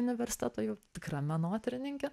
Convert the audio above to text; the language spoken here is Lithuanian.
universiteto jau tikrą menotyrininkę